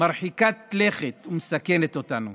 מרחיקת לכת ומסכנת אותנו.